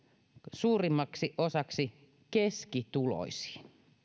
suurimmaksi osaksi keskituloisiin